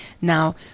now